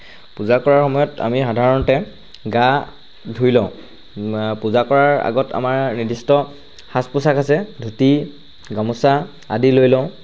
পূজা কৰা সময়ত আমি সাধাৰণতে গা ধুই লওঁ পূজা কৰাৰ আগত আমাৰ নিৰ্দিষ্ট সাজ পোচাক আছে ধুতি গামোচা আদি লৈ লওঁ